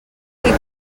quico